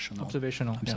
Observational